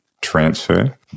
transfer